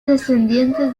descendientes